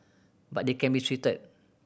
but they can be treated